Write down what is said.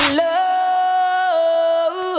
love